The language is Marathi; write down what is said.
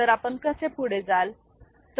आता आपण 24 बिट तुलना म्हणाल तर आपण कसे पुढे जाल